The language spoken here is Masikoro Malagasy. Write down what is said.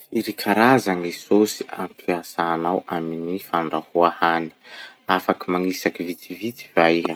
Firy karaza gny sôsy ampiasanao amy gny fandrahoa hany? Afaky magnisaky vitsivitsy va iha?